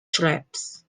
traps